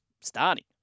starting